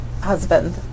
husband